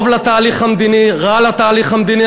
טוב לתהליך המדיני, רע לתהליך המדיני.